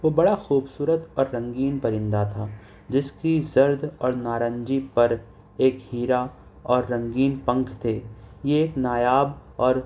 وہ بڑا خوبصورت اور رنگین پرندہ تھا جس کی زرد اور نارنجی پر ایک ہیرا اور رنگین پنکھ تھے یہ ایک نایاب اور